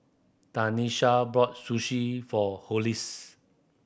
Tanesha bought Sushi for Hollis